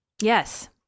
Yes